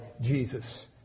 Jesus